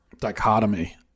dichotomy